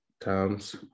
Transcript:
times